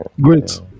Great